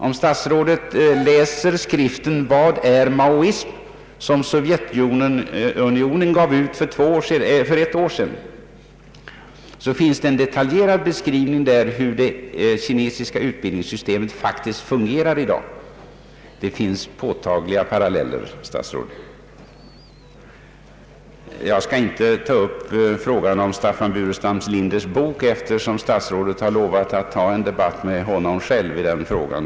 Om statsrådet läser skriften ”Vad är maoism ?”, som Sovjetunionen gav ut för något år sedan, finner han en detaljerad beskrivning av hur det kinesiska utbildningssystemet faktiskt fungerar i dag. Det finns påtagliga paralleller, herr statsråd. Jag skall inte ta upp frågan om Staffan Burenstam Linders bok, eftersom statsrådet har lovat att ta upp en debatt med honom själv i den frågan.